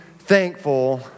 thankful